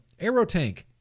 Aerotank